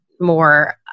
more